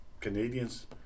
Canadians